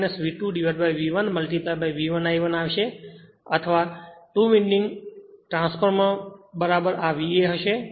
તેથી તે V1 V2V1 V1 I1 આવશે અથવા VA ટૂ વિન્ડિંગ ટ્રાન્સફોર્મર બરાબર આ હશે